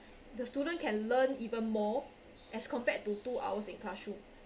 the student can learn even more as compared to two hours in classroom